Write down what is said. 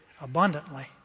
abundantly